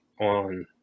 on